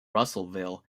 russellville